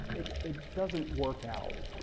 it it doesn't work out.